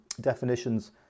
definitions